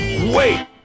Wait